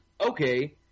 okay